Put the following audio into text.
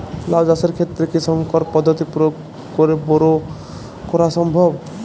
লাও চাষের ক্ষেত্রে কি সংকর পদ্ধতি প্রয়োগ করে বরো করা সম্ভব?